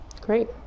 great